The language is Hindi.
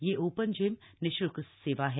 यह ओपन जिम निश्ल्क सेवा है